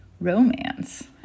romance